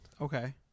okay